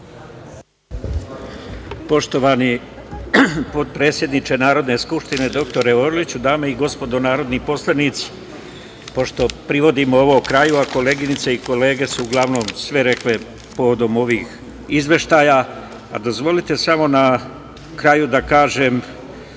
Poštovani potpredsedniče Narodne skupštine doktore Orliću, dame i gospodo narodni poslanici, pošto privodimo ovo kraju, a koleginice i kolege su uglavnom sve rekle povodom ovih izveštaja. Dozvolite samo na kraju da kažem